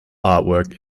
artwork